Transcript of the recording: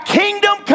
kingdom